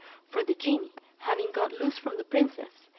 for the genie having got loose from the princess,